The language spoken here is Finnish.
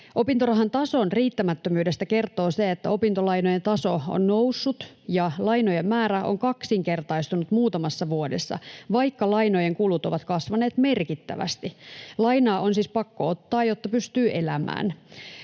Opintorahan tason riittämättömyydestä kertoo se, että opintolainojen taso on noussut ja lainojen määrä on kaksinkertaistunut muutamassa vuodessa, vaikka lainojen kulut ovat kasvaneet merkittävästi. Lainaa on siis pakko ottaa, jotta pystyy elämään.